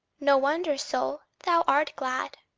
no wonder, soul, thou art glad!